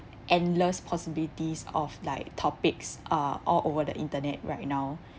endless possibilities of like topics uh all over the internet right now